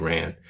Ran